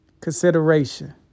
consideration